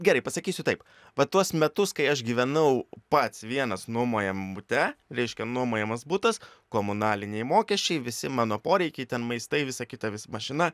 gerai pasakysiu taip va tuos metus kai aš gyvenau pats vienas nuomojamam bute reiškia nuomojamas butas komunaliniai mokesčiai visi mano poreikiai ten maistai visa kita vis mašina